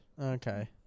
Okay